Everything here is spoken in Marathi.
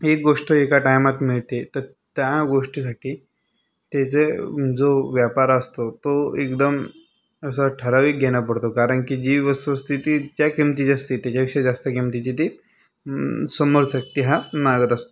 एक गोष्ट एका टाइमात मिळते त त्या गोष्टीसाठी ते जे जो व्यापार असतो तो एकदम असा ठराविक घेना पडतो कारण की जी वस्तुस्थिती ज्या किमतीची असते त्याच्यापेक्षा जास्त किमतीची ती समोरसाठी हा मागत असतो